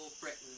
Britain